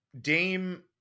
Dame